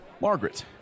Margaret